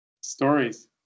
stories